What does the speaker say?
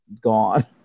gone